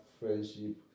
friendship